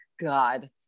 God